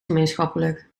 gemeenschappelijk